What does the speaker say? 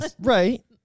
Right